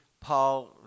Paul